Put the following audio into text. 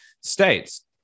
states